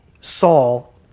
Saul